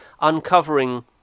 uncovering